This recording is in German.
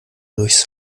durchs